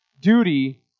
duty